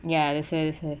ya that's why